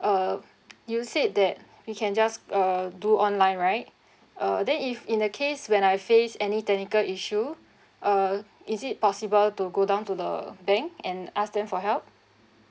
uh you said that we can just uh do online right uh then if in the case when I face any technical issue uh is it possible to go down to the bank and ask them for help